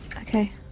okay